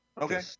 Okay